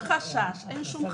אין שום חשש, אין שום חשש.